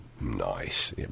Nice